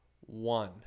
one